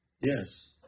Yes